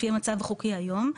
לפי המצב החוקי היום,